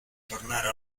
tornare